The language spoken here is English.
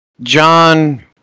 John